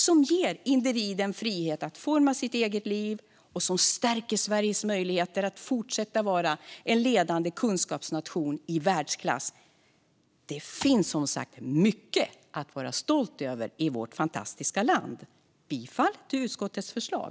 Det ger individen frihet att forma sitt eget liv och stärker Sveriges möjligheter att fortsätta vara en ledande kunskapsnation i världsklass. Det finns som sagt mycket att vara stolt över i vårt fantastiska land. Jag yrkar bifall till utskottets förslag.